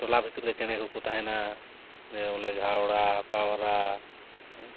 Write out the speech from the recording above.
ᱴᱚᱞᱟ ᱵᱷᱤᱛᱨᱤ ᱨᱮ ᱪᱮᱬᱮ ᱠᱚᱠᱚ ᱛᱟᱦᱮᱱᱟ ᱫᱤᱭᱮ ᱵᱚᱞᱮ ᱜᱷᱟᱣᱲᱟ ᱯᱟᱣᱨᱟ ᱦᱮᱸ